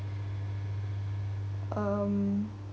um